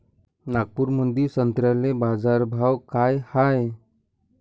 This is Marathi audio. नागपुरामंदी संत्र्याले बाजारभाव काय हाय?